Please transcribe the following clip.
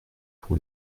pour